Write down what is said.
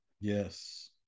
Yes